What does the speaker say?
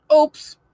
oops